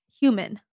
human